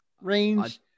range